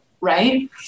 right